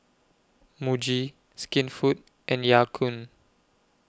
Muji Skinfood and Ya Kun